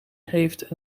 heeft